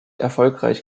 erfolgreich